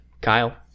Kyle